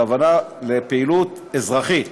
הכוונה לפעילות אזרחית